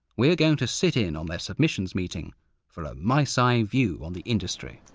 we're going to sit in on their submissions meeting for a mice-eye view on the industry.